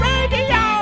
Radio